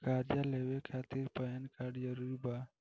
कर्जा लेवे खातिर पैन कार्ड जरूरी बा?